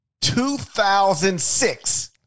2006